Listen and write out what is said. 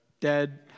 dead